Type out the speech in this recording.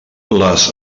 les